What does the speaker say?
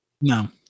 No